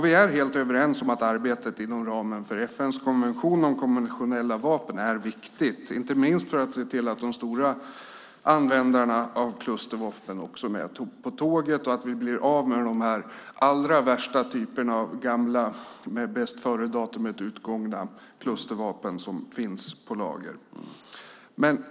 Vi är helt överens om att arbetet inom ramen för FN:s konvention om konventionella vapen är viktigt, inte minst för att se till att de stora användarna av klustervapen är med på tåget och att vi blir av med den allra värsta typen av med bästföredatum utgångna klustervapen som finns på lager.